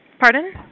Pardon